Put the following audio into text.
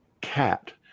cat